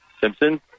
Simpson